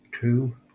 two